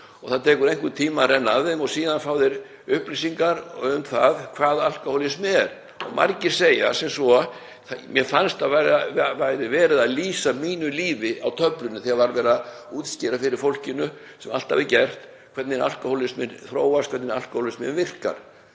og það tekur einhvern tíma að renna af þeim og síðan fá þeir upplýsingar um það hvað alkóhólismi er. Margir segja sem svo: Mér fannst að það væri verið að lýsa mínu lífi á töflunni þegar var verið að útskýra fyrir fólkinu — sem alltaf er gert — hvernig alkóhólisminn þróast, hvernig alkóhólisminn virkar.